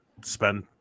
spend